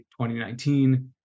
2019